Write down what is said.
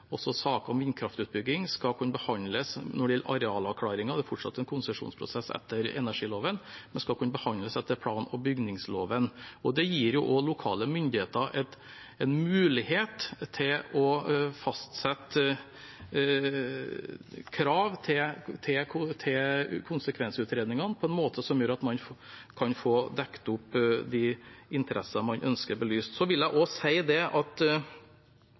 også saker om vindkraftutbygging skal kunne behandles når det gjelder arealavklaringer – det er fortsatt en konsesjonsprosess etter energiloven, men de skal kunne behandles etter plan- og bygningsloven. Det gir også lokale myndigheter en mulighet til å fastsette krav til konsekvensutredningene på en måte som gjør at man kan få dekt opp de interessene man ønsker belyst. Jeg vil også si at det